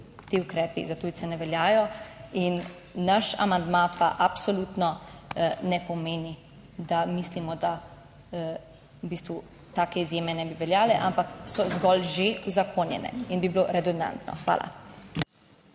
ti ukrepi za tujce ne veljajo in naš amandma pa absolutno ne pomeni, da mislimo, da v bistvu take izjeme ne bi veljale, ampak so zgolj že uzakonjene in bi bilo redundantno. Hvala.